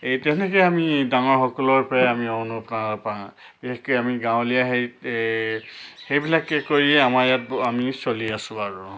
এই তেনেকৈয়ে আমি ডাঙৰসকলৰ পৰাই অনুপ্ৰেৰণা পাওঁ বিশেষকৈ আমি গাঁৱলীয়া হেৰিত সেইবিলাকে কৰি আমাৰ ইয়াত আমি চলি আছোঁ আৰু